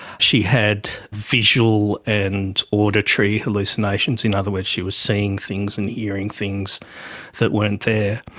she had visual and auditory hallucinations. in other words, she was seeing things and hearing things that weren't there,